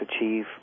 achieve